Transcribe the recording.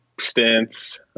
stints